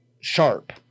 sharp